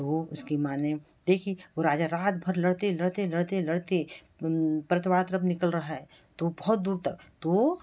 तो उसकी माँ ने देखी वो राजा रात भर लड़ते लड़ते लड़ते लड़ते परतवारा तरफ़ निकल रहा है तो बहुत दूर तक वो